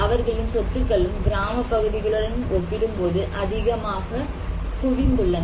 அவர்களின் சொத்துக்களும் கிராமப் பகுதிகளுடன் ஒப்பிடும்போது அதிகமாக குவிந்துள்ளன